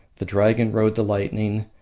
the dragon rode the lightning,